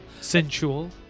Sensual